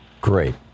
Great